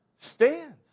stands